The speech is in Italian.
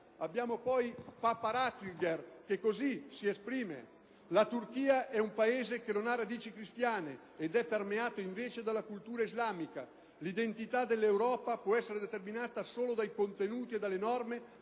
e culturali. Papa Ratzinger, poi, ribadisce che "La Turchia è un Paese che non ha radici cristiane ed è permeato, invece, dalla cultura islamica (...) L'identità dell'Europa può essere determinata solo dai contenuti e dalle norme